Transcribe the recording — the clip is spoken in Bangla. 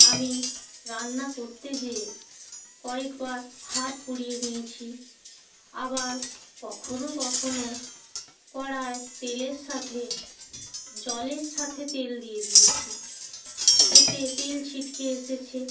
আমি রান্না করতে যেয়ে কয়েকবার হাত পুড়িয়ে নিয়েছি আবার কখনও কখনও কড়ায় তেলের সাথে জলের সাথে তেল দিয়ে দিয়েছি এতে তেল ছিটকে এসেছে